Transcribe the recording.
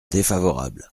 défavorable